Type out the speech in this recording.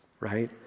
right